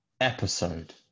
episode